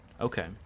Okay